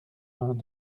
vingt